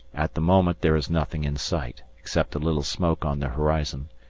at the moment there is nothing in sight, except a little smoke on the horizon.